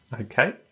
Okay